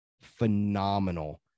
phenomenal